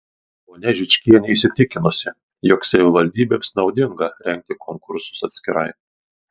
ponia žičkienė įsitikinusi jog savivaldybėms naudinga rengti konkursus atskirai